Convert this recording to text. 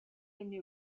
new